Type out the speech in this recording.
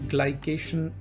Glycation